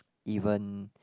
even